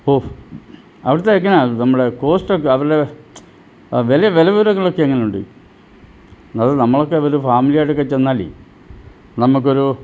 ഓഹ് അവിടുത്തെ എങ്ങനാ നമ്മുടെ കോസ്റ്റൊക്കെ അവരുടെ വില വില വിവരങ്ങളൊക്കെ എങ്ങനുണ്ട് അത് നമ്മളൊക്കെ വല്ല ഫാമിലി ആയിട്ടൊക്കെ ചെന്നാലേ നമ്മള്ക്കൊരു